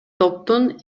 топтун